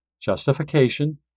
justification